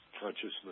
consciousness